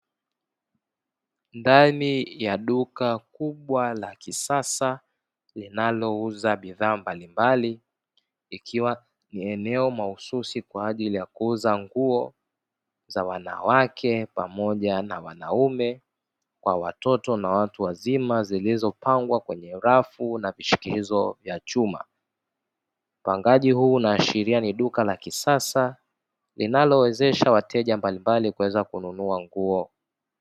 Ndani ya duka kubwa la kisasa linalouza bidhaa mbalimbali ikiwa ni eneo mahususi kwa ajili ya kuuza nguo za wanawake pamoja na wanaume, kwa watoto na watu wazima zilizopangwa kwenye rafu na vishikizo vya chuma. Upangaji huu unaashiria ni duka la kisasa linalowezesha wateja mbalimbali kuweza kununua nguo.